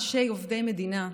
עובדי מדינה.